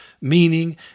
meaning